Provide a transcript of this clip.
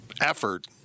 effort